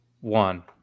one